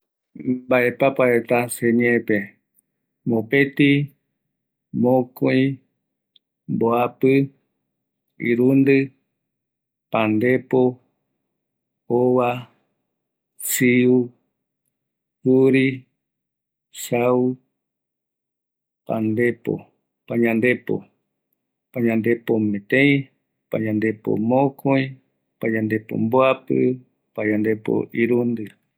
Maepapareta: mopetï, mokoï, mbapɨ, irundɨ, pandepo, ova, siu, juri, sau, payandepo, payandepo mopetï, payandepo mokoï, payandepo mboapɨ, payandepo irundɨ